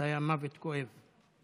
זה היה מוות כואב.